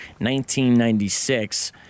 1996